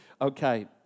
Okay